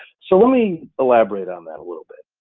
so let me elaborate on that a little bit.